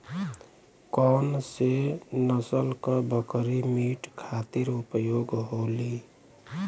कौन से नसल क बकरी मीट खातिर उपयोग होली?